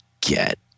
get